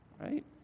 Right